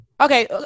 Okay